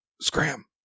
scram